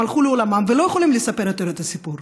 הם הלכו לעולמם ולא יכולים לספר יותר את הסיפור.